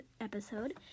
episode